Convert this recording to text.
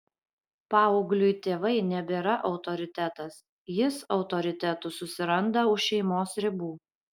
paaugliui tėvai nebėra autoritetas jis autoritetų susiranda už šeimos ribų